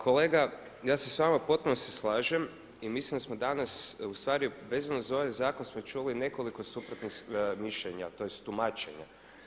Kolega ja se s vama u potpunosti slažem i mislim da smo danas ustvari vezano za ovaj zakon smo čuli nekoliko suprotnih mišljenja, tj. tumačenja.